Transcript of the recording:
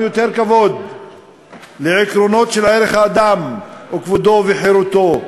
עם יותר כבוד לעקרונות של ערך האדם וכבודו וחירותו,